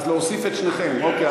אז להוסיף את שניכם, אוקיי.